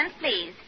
please